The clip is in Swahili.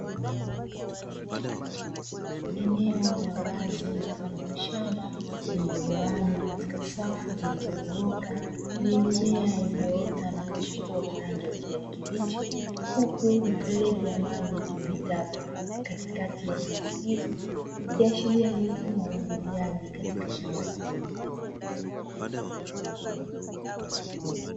Eneo la wazi mfano wa shamba lililogawanywa katika safu zilizonyoka zenye mimea iliyoota na kuchipua kwa rangi ya kijani kibichi, huku mifereji ya maji ikipita katikati ya safu hizo, ikiashiria ni mfumo wa umwagiliaji katika shamba hilo.